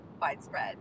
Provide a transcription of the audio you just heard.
widespread